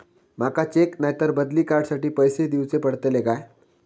माका चेक नाय तर बदली कार्ड साठी पैसे दीवचे पडतले काय?